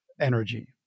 energy